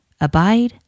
Abide